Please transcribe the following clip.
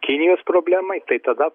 kinijos problemai tai tada